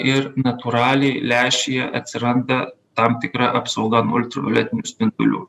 ir natūraliai lęšyje atsiranda tam tikra apsauga nuo ultravioletinių spindulių